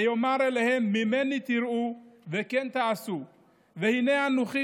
"ויאמר אליהם ממני תראו וכן תעשו והנה אנֹכי